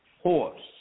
horse